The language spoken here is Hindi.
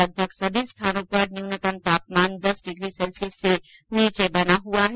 लगभग सभी स्थानों पर न्यूनतम तापमान दस डिग्री सैल्सियस से नीचे बना हुआ है